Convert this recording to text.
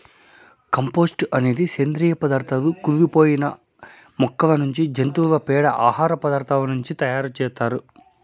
compost అనేది సేంద్రీయ పదార్థాల కుళ్ళి పోయిన మొక్కల నుంచి, జంతువుల పేడ, ఆహార పదార్థాల నుంచి తయారు చేత్తారు